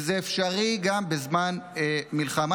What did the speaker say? וזה אפשרי גם בזמן מלחמה.